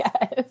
yes